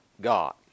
God